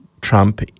Trump